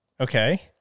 Okay